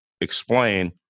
explain